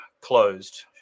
closed